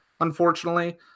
unfortunately